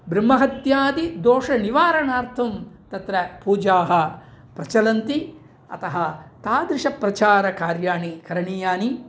ब्रह्महत्यादि दोषनिवारणार्थं तत्र पूजाः प्रचलन्ति अतः तादृशः प्रचारकार्याणि करणीयानि